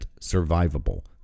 survivable